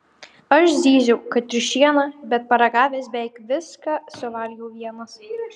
aš zyziau kad triušiena bet paragavęs beveik viską suvalgiau vienas